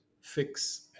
fix